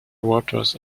waters